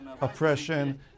oppression